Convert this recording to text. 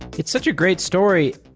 it's such a great story,